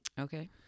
Okay